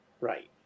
Right